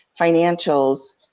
financials